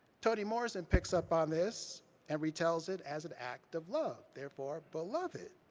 toni morrison picks up on this and retells it as an act of love, therefore, beloved.